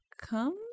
come